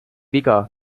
viga